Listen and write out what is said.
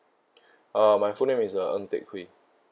uh my full name is uh ng teck hui